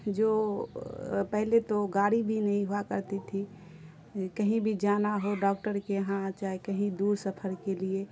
جو پہلے تو گاڑی بھی نہیں ہوا کرتی تھی کہیں بھی جانا ہو ڈاکٹر کے یہاں چاہے کہیں دور سفر کے لیے